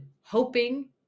hoping